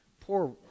poor